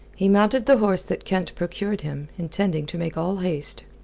he mounted the horse that kent procured him, intending to make all haste.